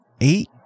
eight